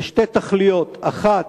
לשתי תכליות: האחת,